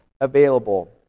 available